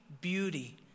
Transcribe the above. beauty